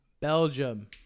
Belgium